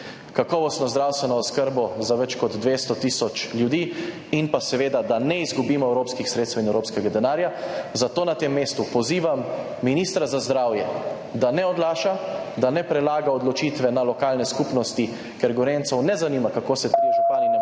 kakovostno zdravstveno oskrbo za več kot 200 tisoč ljudi in seveda da ne izgubimo evropskih sredstev in evropskega denarja. Zato na tem mestu pozivam ministra za zdravje, da ne odlaša, da ne prelaga odločitve na lokalne skupnosti, ker Gorenjcev ne zanima, kako se trije župani ne morejo